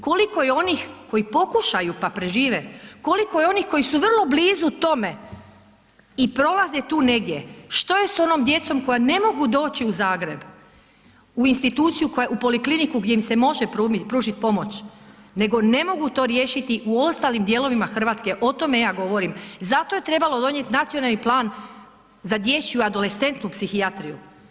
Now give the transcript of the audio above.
Koliko je onih koji pokušaju pa prežive, koliko je onih koji su vrlo blizu tome i prolaze tu negdje, što je sa onom djecom koja ne mogu doći u Zagreb u instituciju koja je, u polikliniku gdje im se može pružiti pomoć nego ne mogu o riješiti u ostalim dijelovima Hrvatske, o tome ja govorim, zato je trebalo donijeti Nacionalni plan za dječju i adolescentnu psihijatriju.